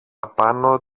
απάνω